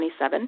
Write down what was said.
27